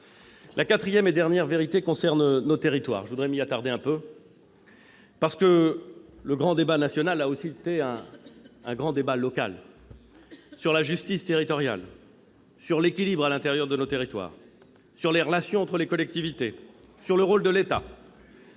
La quatrième et dernière vérité concerne nos territoires, et je m'attarderai un peu sur cette question. Le grand débat national a aussi été un grand débat local sur la justice territoriale, l'équilibre à l'intérieur de nos territoires, les relations entre les collectivités et le rôle de l'État.